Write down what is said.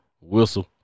whistle